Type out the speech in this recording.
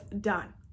done